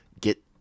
get